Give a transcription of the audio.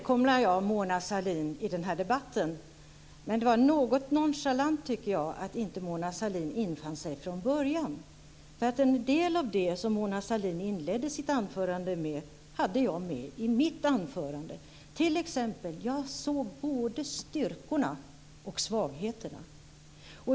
Fru talman! Jag tycker att det var något nonchalant att inte Mona Sahlin infann sig från början. En del av det som Mona Sahlin inledde sitt anförande med hade jag med i mitt anförande. Jag såg t.ex. både styrkorna och svagheterna.